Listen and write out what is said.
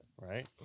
Right